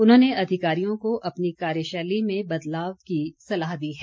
उन्होंने अधिकारियों को अपनी कार्यशैली में बदलाव की सलाह दी है